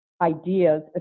ideas